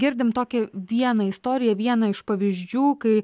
girdim tokią vieną istoriją vieną iš pavyzdžių kai